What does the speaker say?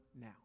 now